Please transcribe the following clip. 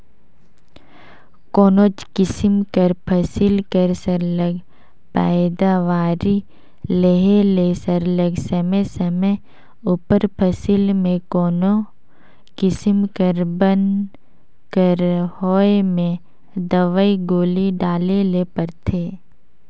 कोनोच किसिम कर फसिल कर सरलग पएदावारी लेहे ले सरलग समे समे उपर फसिल में कोनो किसिम कर बन कर होए में दवई गोली डाले ले परथे